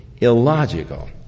illogical